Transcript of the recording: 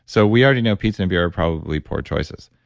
so, we already know pizza and beer are probably poor choices.